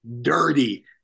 dirty